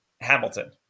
Hamilton